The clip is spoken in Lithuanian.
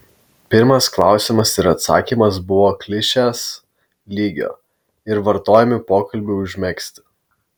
pirmas klausimas ir atsakymas buvo klišės lygio ir vartojami pokalbiui užmegzti